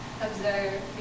observe